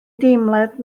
deimlad